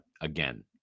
again